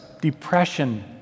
Depression